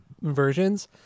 versions